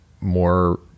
more